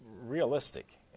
realistic